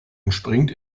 entspringt